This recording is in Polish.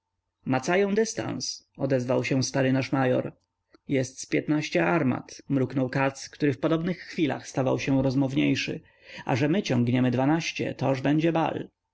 odróżnić macają dystans odezwał się stary nasz major jest z piętnaście armat mruknął katz który w podobnych chwilach stawał się rozmowniejszy a że my ciągniemy dwanaście toż będzie bal